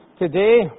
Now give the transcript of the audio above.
Today